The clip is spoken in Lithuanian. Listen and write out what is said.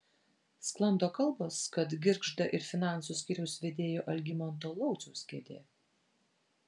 sklando kalbos kad girgžda ir finansų skyriaus vedėjo algimanto lauciaus kėdė